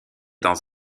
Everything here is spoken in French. dans